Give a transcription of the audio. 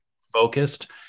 focused